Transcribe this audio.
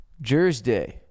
Jersey